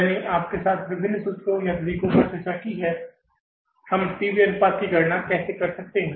मैंने आपके साथ विभिन्न सूत्रों या तरीकों पर चर्चा की हम पी वी PV अनुपात की गणना कैसे कर सकते हैं